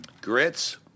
Grits